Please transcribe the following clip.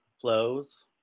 Flows